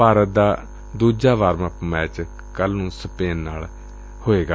ਭਾਰਤ ਦਾ ਦੂਜਾ warm up match ਕੱਲ੍ ਨੂੰ ਸਪੇਨ ਨਾਲ ਹੋਵੇਗਾ